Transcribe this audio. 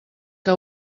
que